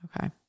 Okay